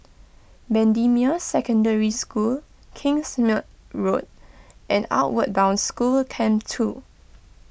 Bendemeer Secondary School Kingsmead Road and Outward Bound School Camp two